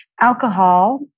Alcohol